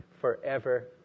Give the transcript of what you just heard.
forever